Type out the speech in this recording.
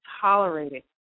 tolerating